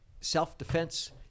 self-defense